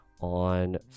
on